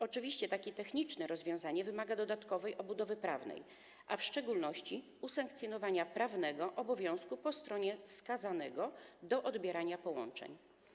Oczywiście takie techniczne rozwiązanie wymaga dodatkowej obudowy prawnej, a w szczególności usankcjonowania prawnego obowiązku po stronie skazanego do odbierania połączeń.